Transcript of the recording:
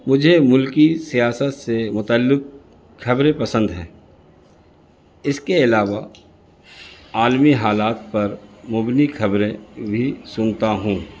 مجھے ملکی سیاست سے متعلق خبریں پسند ہیں اس کے علاوہ عالمی حالات پر مبنی خبریں بھی سنتا ہوں